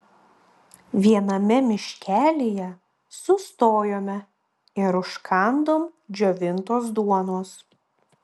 viename miškelyje sustojome ir užkandom džiovintos duonos